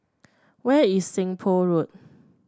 where is Seng Poh Road